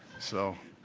so,